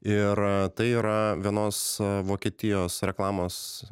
ir tai yra vienos vokietijos reklamos